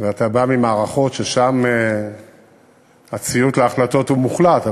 אתה בא ממערכות ששם הציות להחלטות הוא מוחלט,